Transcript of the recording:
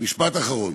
משפט אחרון.